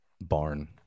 barn